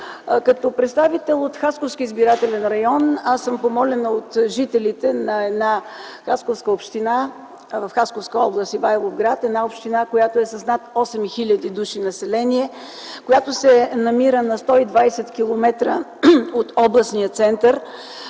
Като представител от Хасковски избирателен район аз съм помолена от жителите на една община в Хасковска област – Ивайловград, една община, която е с над 8000 души население, която се намира на 120 км от областния център,